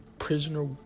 Prisoner